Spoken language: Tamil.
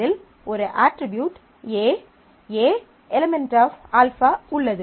அதில் ஒரு அட்ரிபியூட் A A ꞓ α உள்ளது